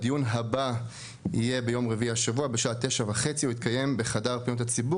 הדיון הבא יהיה ביום רביעי השבוע בשעה 09:30 ויתקיים בחדר פניות הציבור,